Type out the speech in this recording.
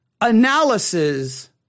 analysis